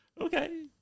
Okay